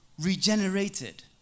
regenerated